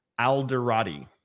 Alderati